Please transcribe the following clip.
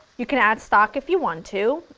you can add stock if you want to.